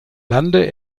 lande